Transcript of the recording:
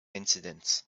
incidents